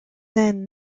then